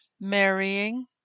marrying